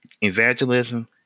evangelism